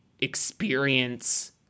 experience